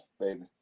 baby